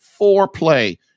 foreplay